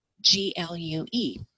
G-L-U-E